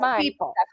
people